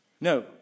No